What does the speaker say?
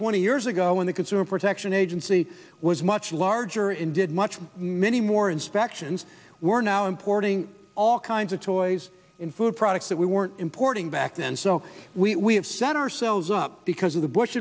twenty years ago when the consumer protection agency was much larger in did much many more inspections we're now importing all kinds of toys in food products that we weren't importing back then so we have set ourselves up because of the bush